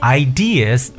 ideas